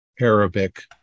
Arabic